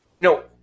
No